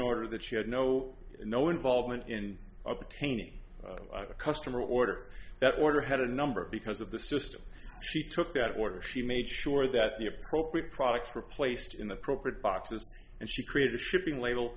order that she had no no involvement in obtaining a customer order that order had a number because of the system she took that order she made sure that the appropriate products were placed in appropriate boxes and she created a shipping label